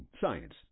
science